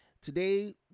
Today